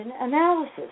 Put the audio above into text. analysis